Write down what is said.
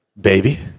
Baby